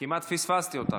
כמעט פספסתי אותך.